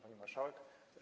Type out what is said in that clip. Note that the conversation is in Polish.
Pani Marszałek!